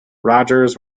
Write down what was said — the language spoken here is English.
rogers